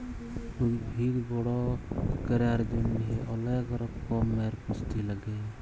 উদ্ভিদ বড় ক্যরার জন্হে অলেক রক্যমের পুষ্টি লাগে